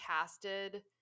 casted